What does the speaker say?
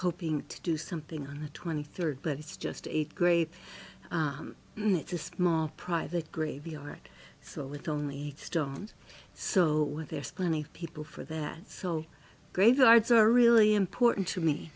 hoping to do something on the twenty third but it's just a great it's a small private graveyard so with only stone so there's plenty of people for that so graveyards are really important to me